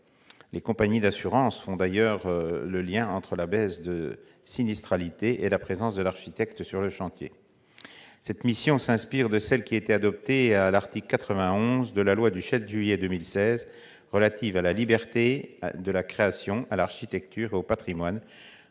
Les compagnies d'assurance font d'ailleurs le lien entre la baisse de sinistralité et la présence de l'architecte sur le chantier. Cette mission s'inspire de celle qui a été adoptée à l'article 91 de la loi du 7 juillet 2016 relative à la liberté de la création, à l'architecture et au patrimoine